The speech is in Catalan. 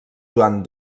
joan